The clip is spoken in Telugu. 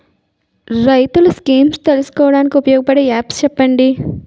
రైతులు స్కీమ్స్ తెలుసుకోవడానికి ఉపయోగపడే యాప్స్ చెప్పండి?